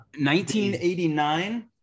1989